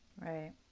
right